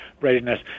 readiness